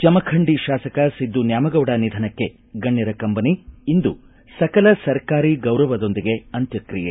ಜಮಖಂಡಿ ಶಾಸಕ ಸಿದ್ದು ನ್ಯಾಮಗೌಡ ನಿಧನಕ್ಕೆ ಗಣ್ಯರ ಕಂಬನಿ ಇಂದು ಸಕಲ ಸರ್ಕಾರಿ ಗೌರವದೊಂದಿಗೆ ಅಂತ್ಪ್ರಿಯೆ